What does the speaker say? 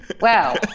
Wow